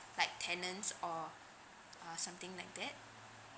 like tenants or uh something like that